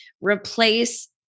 replace-